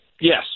Yes